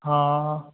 ਹਾਂ